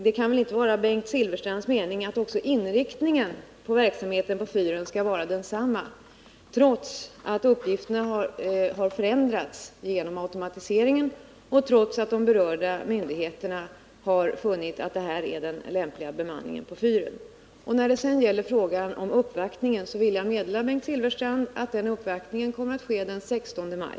Det kan väl inte vara Bengt Silfverstrands mening att också inriktningen av verksamheten på fyren skall vara densamma, trots att uppgifterna har förändrats genom automatiseringen och trots att de berörda myndigheterna har funnit att det här är den lämpliga bemanningen på fyren? När det gäller uppvaktningen vill jag meddela Bengt Silfverstrand att den kommer att ske den 16 maj.